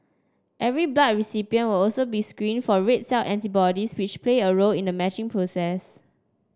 every blood recipient will also be screened for red cell antibodies which play a role in the matching process